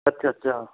ਅੱਛਾ ਅੱਛਾ